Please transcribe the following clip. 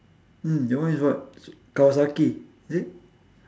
mm your one is what kawasaki is it